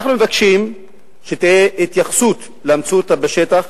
אנחנו מבקשים שתהא התייחסות למציאות בשטח,